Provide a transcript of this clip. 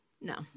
no